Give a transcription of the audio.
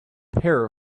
pair